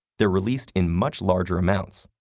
they're released in much larger amounts,